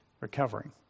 recovering